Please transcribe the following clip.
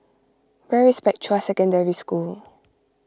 where is Spectra Secondary School